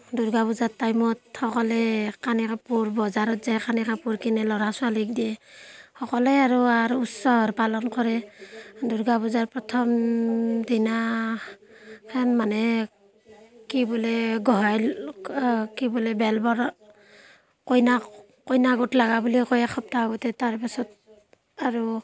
দুৰ্গা পূজাৰ টাইমত সকলোৱে কানি কাপোৰ বজাৰত যাই কানি কাপোৰ কিনে ল'ৰা ছোৱালীক দিয়ে সকলোৱে আৰু আৰু উৎচৰ পালন কৰে দুৰ্গা পূজাৰ প্ৰথম দিনা খান মানুহে কি বোলে গহইল ক কি বোলে বেল বৰণ কইনা কইনা গোট লগা বুলি কয় এসপ্তাহ আগতে তাৰপাছত আৰু